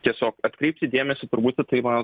tiesiog atkreipti dėmesį turbūt į tai man